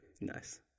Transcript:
Nice